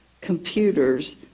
computers